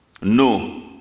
No